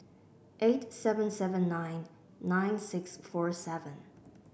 eight seven seven nine nine six four seven